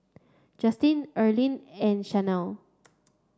Justin Erline and Shanell